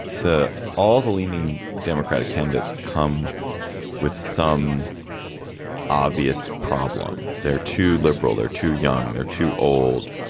the all the leaning democratic candidates come with some obvious problem they're too liberal, they're too young, they're too old.